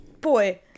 Boy